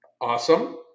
Awesome